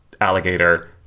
alligator